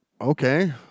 Okay